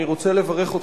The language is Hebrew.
אני רוצה לברך אותך.